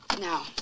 Now